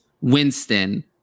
Winston